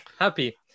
happy